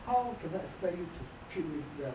how can I expect you to treat me well